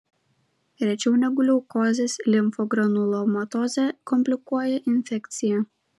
rečiau negu leukozės limfogranulomatozę komplikuoja infekcija